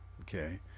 Okay